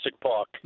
Park